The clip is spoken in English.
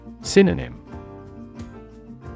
Synonym